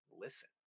listen